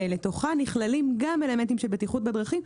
ולתוכה נכללים גם אלמנטים של בטיחות בדרכים,